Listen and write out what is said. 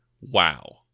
Wow